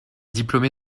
diplômé